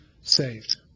saved